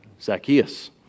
Zacchaeus